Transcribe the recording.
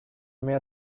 mehr